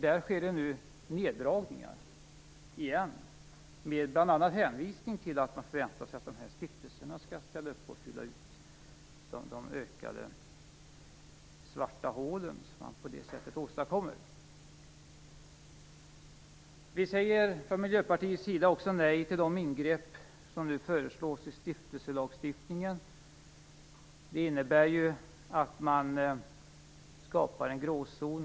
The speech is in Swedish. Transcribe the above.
Där sker nu neddragningar bl.a. med hänvisning till att man förväntar sig att stiftelserna skall ställa upp och fylla ut de svarta hål man åstadkommer på det sättet. Från miljöpartiets sida säger vi också nej till de ingrepp som nu föreslås i stiftelselagstiftningen. Det innebär att man skapar en gråzon.